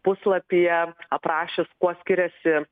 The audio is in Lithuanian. puslapyje aprašius kuo skiriasi